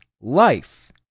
life